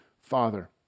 Father